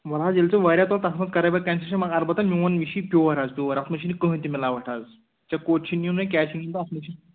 وۅنۍ حظ ییٚلہِ ژےٚ واریاہ تُلکھ تَتھ منٛز کَرے بہٕ کَنسیشَن مگر البتاہ میٛون یہِ چھُ یہِ پیٛووَر حظ پیٛووَر اَتھ منٛز چھِنہٕ کٕہٕنٛے تہِ مِلاوَٹھ حظ ژےٚ کوٚت چھُ نِیُن وۅنۍ کیٛازِ چھُ نِیُن تہٕ اَتھ منٛز چھُ